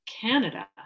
Canada